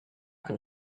can